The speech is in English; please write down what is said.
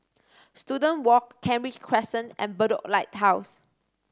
Student Walk Kent Ridge Crescent and Bedok Lighthouse